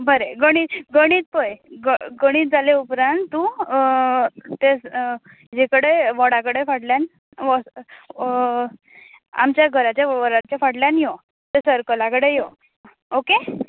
बरें गणीत गणीत पळय ग गणीत जाले उपरांत तूं ड्रॅस जेकडे वडा कडेन फाटल्यान व् आमच्या घराच्या वडाच्या फाटल्यान यो ते सर्कला कडेन यो ओके